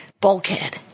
bulkhead